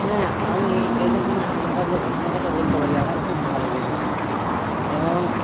হ্যাঁ আমি এরকম কোনো সংবাদ বা ঘটনার কথা বলতে পারি আমার খুব ভালো লেগেছে যেমন